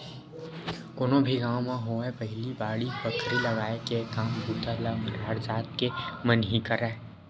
कोनो भी गाँव म होवय पहिली बाड़ी बखरी लगाय के काम बूता ल मरार जात के मन ही करय